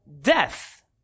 Death